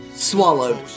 swallowed